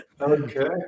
Okay